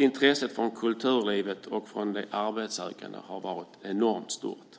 Intresset från kulturlivet och de arbetssökande har varit enormt stort.